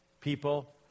people